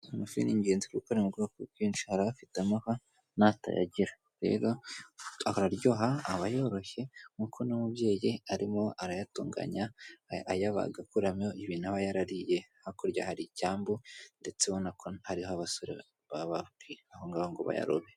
Amafi n'ingenzi kuko ari bwoko bwinshi, har'afite amahwa natayagira rero araryoha aba yoroshye nkuko uno mubyeyi arimo arayatunganya ayabaga agakuramo ibintu aba yarariye, hakurya haricyambu ndetse ubona ko hariho abasore baba bari aho ngaho ngo bayarobe.